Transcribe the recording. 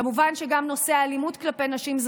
כמובן שגם נושא האלימות כלפי נשים זה